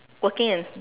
working in